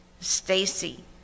Stacy